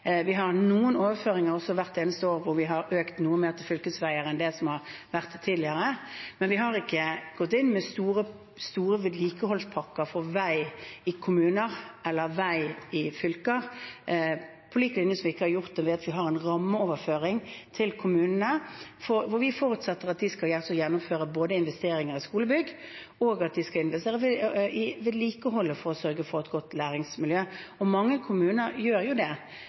Vi har noen overføringer hvert eneste år, hvor vi har økt noe mer på fylkesveier enn det som har vært tidligere. Men vi har ikke gått inn med store vedlikeholdspakker for vei i kommuner eller fylker, og det har vi heller ikke gjort her. Vi har en rammeoverføring til kommunene, hvor vi forutsetter at de både skal gjennomføre investeringer i skolebygg og investere i vedlikehold for å sørge for et godt læringsmiljø. Mange kommuner gjør jo det.